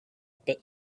bit